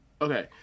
Okay